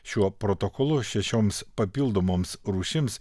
šiuo protokolu šešioms papildomoms rūšims